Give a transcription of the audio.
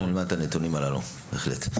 אנחנו נלמד את הנתונים הללו, בהחלט.